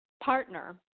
partner